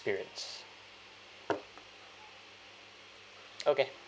experience okay